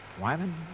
Wyman